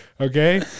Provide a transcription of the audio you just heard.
Okay